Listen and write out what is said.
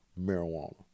marijuana